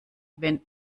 wenn